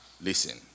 listen